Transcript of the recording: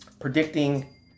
Predicting